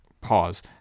Pause